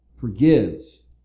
forgives